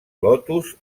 lotus